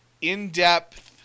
in-depth